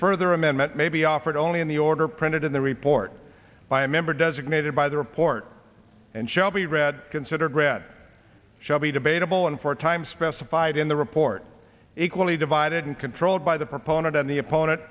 amendment may be offered only in the order printed in the report by a member designated by the report and shall be read considered read shall be debatable and for a time specified in the report equally divided and controlled by the proponent and the opponent